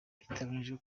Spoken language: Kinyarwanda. biteganyijwe